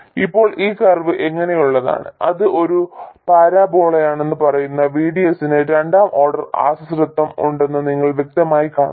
ഇപ്പോൾ ഈ കർവ് എങ്ങനെയുള്ളതാണ് അത് ഒരു പരാബോളയാണെന്ന് പറയുന്ന VDS ന് രണ്ടാം ഓർഡർ ആശ്രിതത്വം ഉണ്ടെന്ന് നിങ്ങൾ വ്യക്തമായി കാണുന്നു